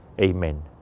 Amen